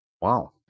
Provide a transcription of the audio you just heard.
Wow